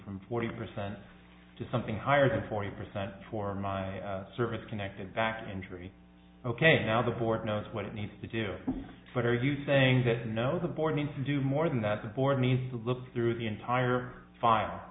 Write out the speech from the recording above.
from forty percent to something higher than forty percent for my service connected back injury ok now the board knows what it needs to do but are you saying that no the board needs to do more than that the board needs to look through the entire fi